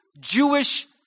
Jewish